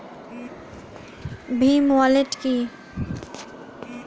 Bhim wallet কি?